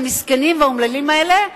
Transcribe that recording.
המסכנים והאומללים האלה,